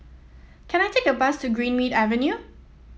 can I take the bus to Greenmead Avenue